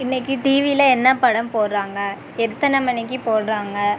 இன்றைக்கு டிவியில் என்ன படம் போடுறாங்க எத்தனை மணிக்கு போடுறாங்க